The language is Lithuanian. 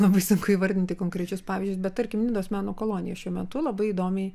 labai sunku įvardinti konkrečius pavyzdžius bet tarkim nidos meno kolonija šiuo metu labai įdomiai